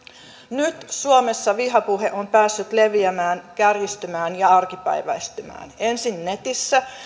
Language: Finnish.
nyt suomessa vihapuhe on päässyt leviämään kärjistymään ja arkipäiväistymään ensin netissä